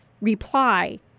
reply